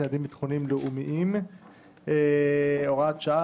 יעדים ביטחוניים-לאומיים)(הוראת שעה),